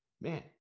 Man